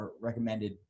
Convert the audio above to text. recommended